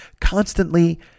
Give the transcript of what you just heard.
constantly